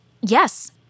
Yes